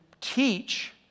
teach